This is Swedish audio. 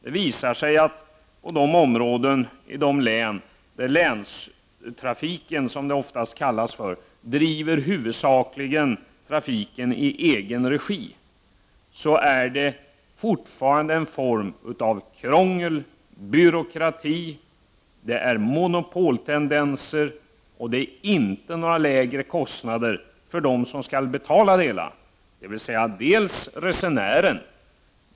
Det visar sig att på de områden där Länstrafiken, som verksamheten ofta kallas, huvudsakligen driver trafiken i egen regi förekommer det krångel och byråkrati och monopoltendenser. De som skall betala får inte lägre kostnader. Jag syftar då å ena sidan på resenären.